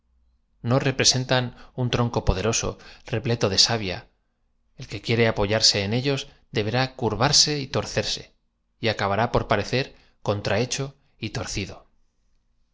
no representan ua trooco poderoso repleto de savia el que quiera apo y a r le en ellos deberá curvarse y torcerse y acabará por parecer contrahecho y torcido